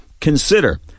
Consider